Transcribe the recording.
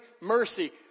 mercy